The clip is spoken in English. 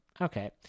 okay